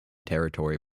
territory